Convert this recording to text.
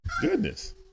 Goodness